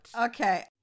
Okay